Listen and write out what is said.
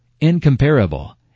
incomparable